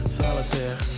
solitaire